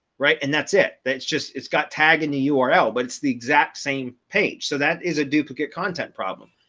right? and that's it. that's just it's got tagging the ah url, but it's the exact same page. so that is a duplicate content problem.